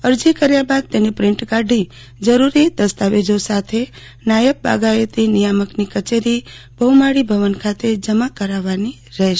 અરજી કર્યા બાદ તેની પ્રિન્ટ કાઢી જરૂરી દસ્તાવેજો સાથે નાયબ બાગાયતી નિયામકની કચેરી બહ્રમાળી ભવન ખાતે જમા કરાવવાની રહેશે